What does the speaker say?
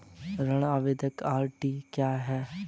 ऋण आवेदन आई.डी क्या होती है?